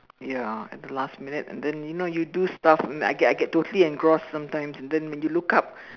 ya at the last minute and then you know you do stuff and I get I get totally engrossed sometimes and then you look up